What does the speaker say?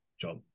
job